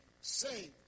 saved